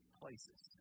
places